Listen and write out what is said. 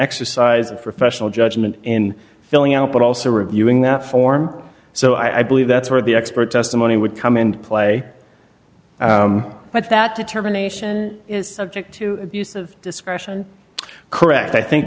exercise of professional judgment in filling out but also reviewing that form so i believe that's where the expert testimony would come into play but that determination is subject to abuse of discretion correct i think